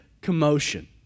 commotion